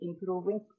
improving